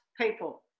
people